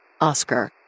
Oscar